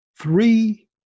three